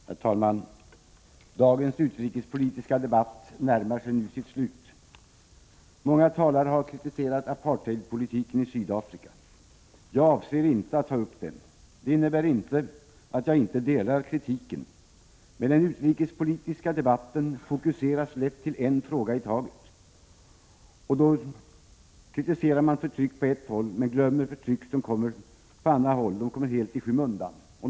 Herr talman! Dagens utrikespolitiska debatt närmar sig nu sitt slut. Många talare har kritiserat apartheidpolitiken i Sydafrika. Jag avser inte att ta upp den. Det innebär inte att jag inte instämmer i kritiken, men den utrikespolitiska debatten fokuseras lätt till en fråga i taget. Man kritiserar förtryck på ett håll men glömmer förtryck som förekommer på andra håll, som då helt kommer i skymundan.